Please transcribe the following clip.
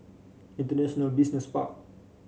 International Business Park